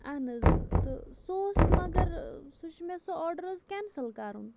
اَہَن حظ تہٕ سُہ اوس مگر سُہ چھُ مےٚ سُہ آرڈَر حظ کینسَل کَرُن